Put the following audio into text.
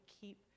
keep